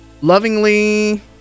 Lovingly